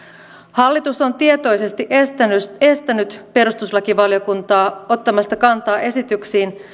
hallitus on tietoisesti estänyt estänyt perustuslakivaliokuntaa ottamasta kantaa esityksiin